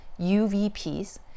UVPs